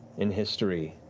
in history,